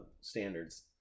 standards